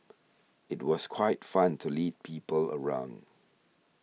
it was quite fun to lead people around